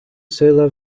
сила